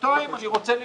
שתיים, אני רוצה לשאול,